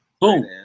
boom